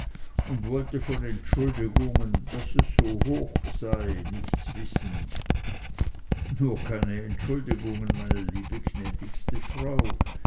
und wollte von entschuldigungen daß es so hoch sei nichts wissen nur keine entschuldigungen meine liebe gnädigste frau